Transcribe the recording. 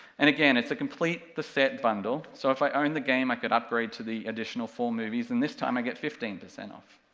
and again, it's a complete the set bundle, so if i own the game i could upgrade to the additional four movies, and this time i get fifteen percent off.